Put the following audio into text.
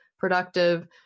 productive